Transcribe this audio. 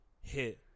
hit